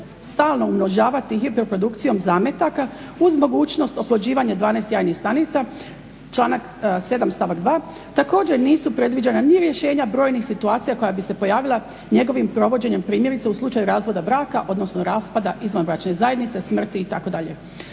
stalno umnožavati hiperprodukcijom zametaka uz mogućnost oplođivanja 12 jajnih stanica, članak 7. stavak 2. Također, nisu predviđena ni rješenja brojnih situacija koja bi se pojavila njegovim provođenjem, primjerice u slučaju razvoda braka, odnosno raspada izvanbračne zajednice, smrti itd.